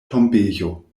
tombejo